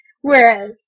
Whereas